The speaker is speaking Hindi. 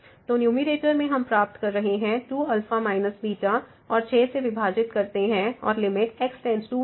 तो न्यूमैरेटर में हम प्राप्त कर रहे हैं 2α और 6 से विभाजित करते हैं और लिमिट x→0है